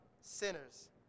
sinners